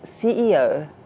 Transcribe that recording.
CEO